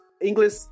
English